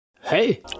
Hey